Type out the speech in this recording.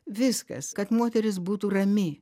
viskas kad moteris būtų rami